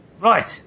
right